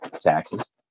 taxes